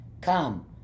Come